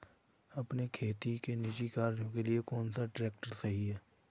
अपने खेती के निजी कार्यों के लिए कौन सा ट्रैक्टर सही है?